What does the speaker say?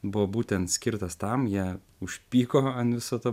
buvo būtent skirtas tam jie užpyko ant viso to